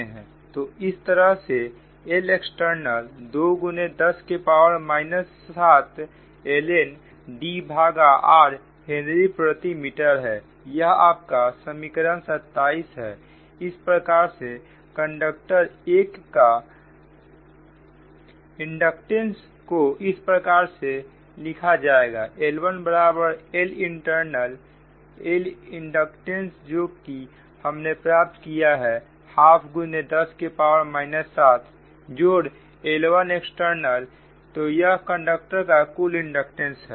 तो इस तरह से L एक्सटर्नल 2 10 के पावर माइनस 7 lnD भागा r हेनरी प्रति मीटर है यह आपका समीकरण 27 है इस प्रकार से कंडक्टर वन को इस प्रकार से लिखा जाएगा L1 बराबर L इंटरनल इंटरनल इंडक्टेंस जो कि हमने प्राप्त किया है हाफ गुने 10 के पावर माइनस 7 जोड़ L1 एक्सटर्नल तो यह कंडक्टर का कुल इंडक्टेंस है